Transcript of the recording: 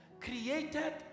created